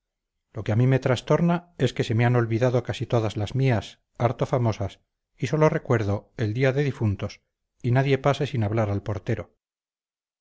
lo que a mí me trastorna es que se me han olvidado casi todas las mías harto famosas y sólo recuerdo el día de difuntos y nadie pase sin hablar al portero